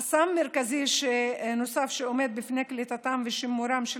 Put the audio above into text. חסם מרכזי נוסף שעומד בפני קליטתן ושימורן של